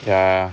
ya